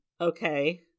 okay